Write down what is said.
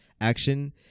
action